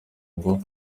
ngo